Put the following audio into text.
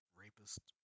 rapist